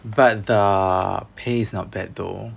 but the pay is not bad though